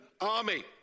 army